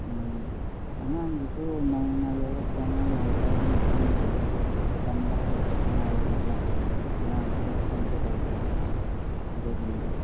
ꯑꯣ ꯑꯉꯥꯡꯗꯨꯁꯨ ꯅꯧꯅ ꯌꯥꯎꯔꯛꯄ ꯑꯉꯥꯡ ꯑꯣꯏꯕ ꯑꯗꯨꯅ ꯈꯪꯗ꯭ꯔꯤꯕ ꯑꯗꯣ ꯇꯝꯕ ꯍꯧꯔꯛꯄꯇ ꯉꯥꯏꯕꯗꯨꯗ ꯑꯉꯥꯡꯗꯨꯅ ꯈꯤꯇꯪ ꯀꯩꯗꯧꯗ꯭ꯔꯦ ꯑꯗꯨꯒꯤꯅꯤꯗ